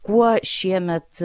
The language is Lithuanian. kuo šiemet